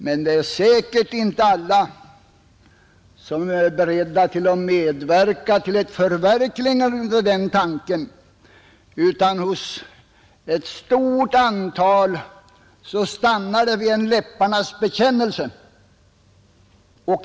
Men det är nog inte alla som är beredda att medverka till att förverkliga den tanken, utan hos ett stort antal stannar det vid en läpparnas bekännelse.